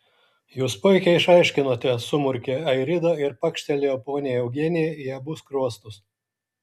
jūs puikiai išaiškinote sumurkė airida ir pakštelėjo poniai eugenijai į abu skruostus